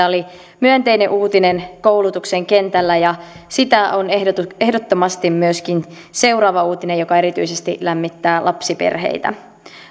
oli myönteinen uutinen koulutuksen kentällä ja sitä on ehdottomasti myöskin seuraava uutinen joka erityisesti lämmittää lapsiperheitä